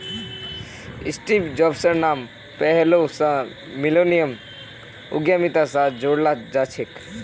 Steve जॉब्सेर नाम पैहलौं स मिलेनियम उद्यमिता स जोड़ाल जाछेक